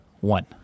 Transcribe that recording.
one